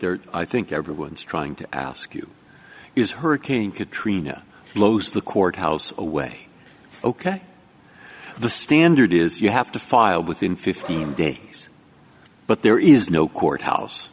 there i think everyone's trying to ask you is hurricane katrina blows the courthouse away ok the standard is you have to file within fifteen days but there is no court house